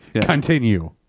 continue